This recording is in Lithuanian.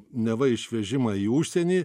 neva išvežimą į užsienį